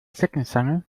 zeckenzange